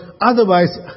otherwise